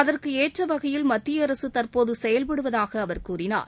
அதற்கு ஏற்ற வகையில் மத்திய அரசு தற்போது செயல்படுவதாக அவர் கூறினார்